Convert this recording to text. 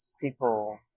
people